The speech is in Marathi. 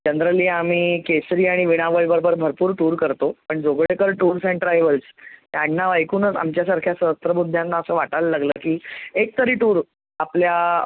जनरली आम्ही केसरी आणि वीणा वर्ल्ड बरोबर भरपूर टूर करतो पण जोगळेकर टूर्स अँड ट्रॅवल्स हे आडनाव ऐकूनच आमच्या सारख्या सहस्त्रबुद्ध्यांना असं वाटायला लागलं की एकतरी टूर आपल्या